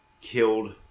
killed